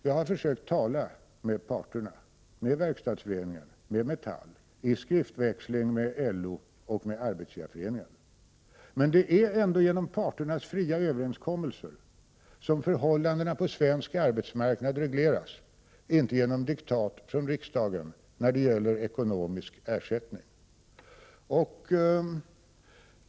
Jag har försökt tala med parterna — med Verkstadsföreningen, med Metall, i skriftväxling med LO och med Arbetsgivareföreningen. Det är ändå genom parternas fria överenskommelser som förhållandena på svensk arbetsmarknad regleras, inte genom diktat från riksdagen, när det gäller ekonomisk ersättning.